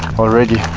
already